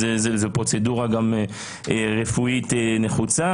וזו פרוצדורה רפואית דחופה,